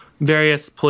various